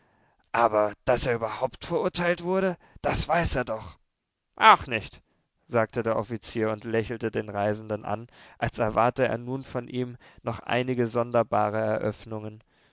aber daß er überhaupt verurteilt wurde das weiß er doch auch nicht sagte der offizier und lächelte den reisenden an als erwarte er nun von ihm noch einige sonderbare eröffnungen